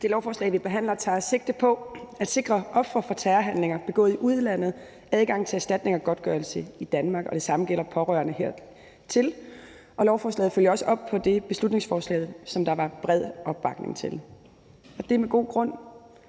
Det lovforslag, vi behandler, tager sigte på at sikre ofre for terrorhandlinger begået i udlandet adgang til erstatning og godtgørelse i Danmark, og det samme gælder for pårørende hertil. Lovforslaget følger også op på det beslutningsforslag, som der var bred opbakning til. Og det er med god grund,